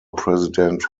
president